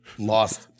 Lost